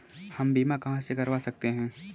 हम बीमा कहां से करवा सकते हैं?